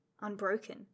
unbroken